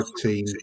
team